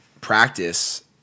practice